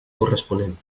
corresponent